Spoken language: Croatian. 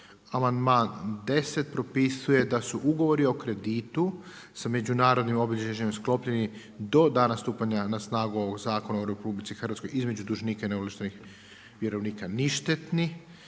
Amandman 10. propisuje da su ugovori o kreditu sa međunarodnim obilježjem sklopljeni do dana stupanja na snagu ovog Zakona o RH između dužnika i neovlaštenih vjerovnika ništetni.